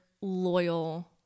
loyal